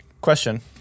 Question